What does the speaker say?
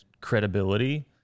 credibility